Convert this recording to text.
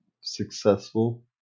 successful